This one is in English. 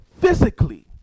physically